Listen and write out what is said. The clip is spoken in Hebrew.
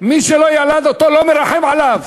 מי שלא ילד אותו, לא מרחם עליו.